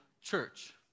church